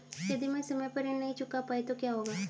यदि मैं समय पर ऋण नहीं चुका पाई तो क्या होगा?